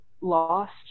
lost